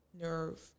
nerve